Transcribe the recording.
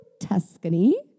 Tuscany